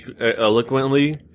eloquently